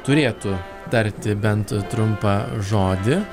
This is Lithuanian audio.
turėtų tarti bent trumpą žodį